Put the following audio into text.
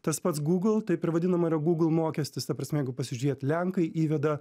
tas pats google taip ir vadinama google mokestis ta prasme jeigu pasižiūrėt lenkai įveda